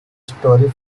story